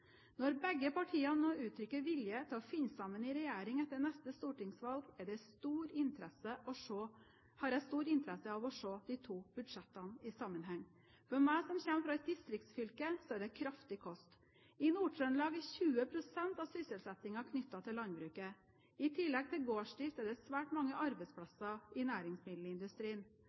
Når begge partiene nå uttrykker vilje til å finne sammen i regjering etter neste stortingsvalg, har jeg stor interesse av å se de to budsjettene i sammenheng. For meg som kommer fra et distriktsfylke, er det kraftig kost. I Nord-Trøndelag er 20 pst. av sysselsettingen knyttet til landbruket. I tillegg til gårdsdrift er det svært mange arbeidsplasser i næringsmiddelindustrien.